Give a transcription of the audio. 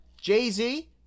Jay-Z